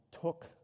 took